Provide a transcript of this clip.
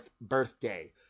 birthday